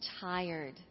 tired